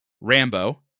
Rambo